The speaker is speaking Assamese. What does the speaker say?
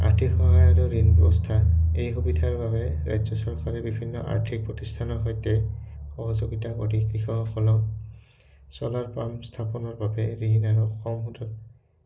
আৰ্থিক সহায় আৰু ঋণ ব্যৱস্থা এই সুবিধাৰ বাবে ৰাজ্য চৰকাৰে বিভিন্ন আৰ্থিক প্ৰতিষ্ঠানৰ সৈতে সহযোগিতা কৰি কৃষকসকলক চ'লাৰ পাম্প স্থাপনৰ বাবে ঋণ আৰু কম সূতত